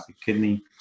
kidney